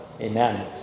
Amen